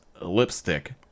lipstick